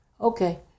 Okay